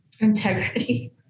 Integrity